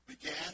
began